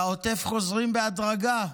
לעוטף חוזרים בהדרגה.